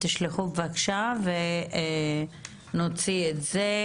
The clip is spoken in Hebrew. תשלחו בבקשה ונוציא את זה.